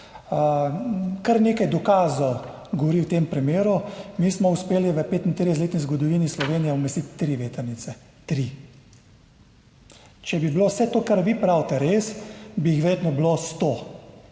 Kar nekaj dokazov govori v tem primeru. Mi smo uspeli v 35-letni zgodovini Slovenije umestiti tri vetrnice. Tri. Če bi bilo vse to, kar vi pravite, res, bi jih vedno bilo sto.